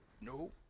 No